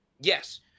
Yes